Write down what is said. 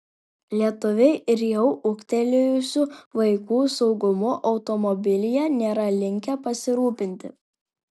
lietuviai ir jau ūgtelėjusių vaikų saugumu automobilyje nėra linkę pasirūpinti